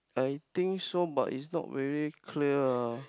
I think so but it's not very clear